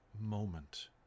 moment